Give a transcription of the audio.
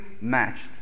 matched